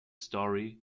story